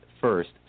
first